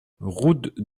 route